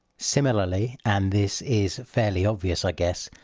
similarly, and this is fairly obvious, i guess,